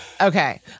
Okay